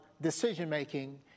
decision-making